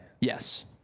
Yes